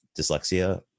dyslexia